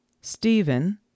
Stephen